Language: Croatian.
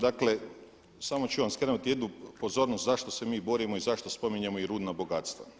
Dakle samo ću vam skrenuti jednu pozornost zašto se mi borimo i zašto spominjemo i rudna bogatstva.